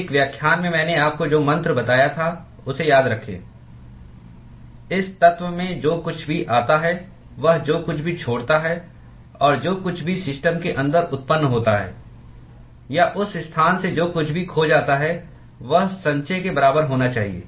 एक व्याख्यान में मैंने आपको जो मंत्र बताया था उसे याद रखें इस तत्व में जो कुछ भी आता है वह जो कुछ भी छोड़ता है और जो कुछ भी सिस्टम के अंदर उत्पन्न होता है या उस स्थान से जो कुछ भी खो जाता है वह संचय के बराबर होना चाहिए